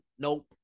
nope